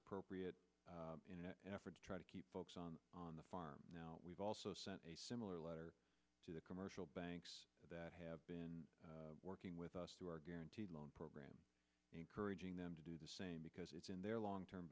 appropriate in an effort to try to keep folks on on the farm now we've also sent a similar letter to the commercial banks that have been working with us through our guaranteed loan program encouraging them to do the same because it's in their long term